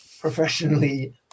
professionally